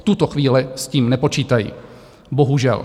V tuto chvíli s tím nepočítají, bohužel.